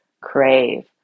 crave